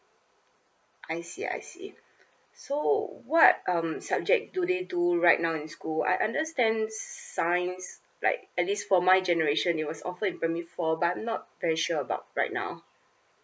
I see I see so what um subject do they do right now in school I understand science like at least for my generation it was offered in primary four but not very sure about right now